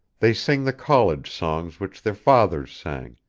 they sing the college songs which their fathers sang,